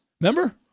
Remember